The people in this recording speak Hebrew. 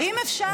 אם אפשר,